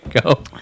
go